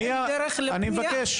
אני מבקש.